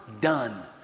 Done